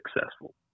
successful